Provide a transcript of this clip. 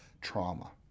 trauma